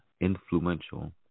influential